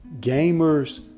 gamer's